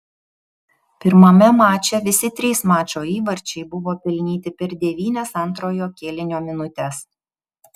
pirmame mače visi trys mačo įvarčiai buvo pelnyti per devynias antrojo kėlinio minutes